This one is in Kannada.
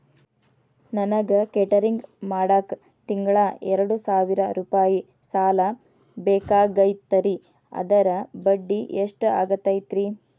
ನನಗ ಕೇಟರಿಂಗ್ ಮಾಡಾಕ್ ತಿಂಗಳಾ ಎರಡು ಸಾವಿರ ರೂಪಾಯಿ ಸಾಲ ಬೇಕಾಗೈತರಿ ಅದರ ಬಡ್ಡಿ ಎಷ್ಟ ಆಗತೈತ್ರಿ?